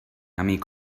amic